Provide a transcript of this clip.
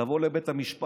תבוא לבית המשפט,